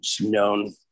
known